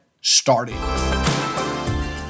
started